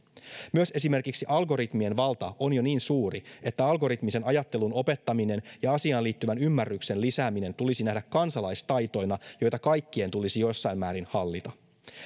myös esimerkiksi algoritmien valta on jo niin suuri että algoritmisen ajattelun opettaminen ja asiaan liittyvän ymmärryksen lisääminen tulisi nähdä kansalaistaitoina joita kaikkien tulisi jossain määrin hallita